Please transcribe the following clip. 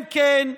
כן כן,